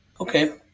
Okay